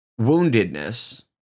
woundedness